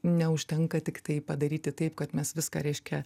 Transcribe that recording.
neužtenka tiktai padaryti taip kad mes viską reiškia